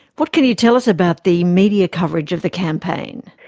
what can you tell us about the media coverage of the campaign?